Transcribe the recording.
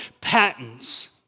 patents